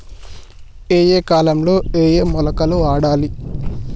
ఏయే కాలంలో ఏయే మొలకలు వాడాలి?